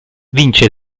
vince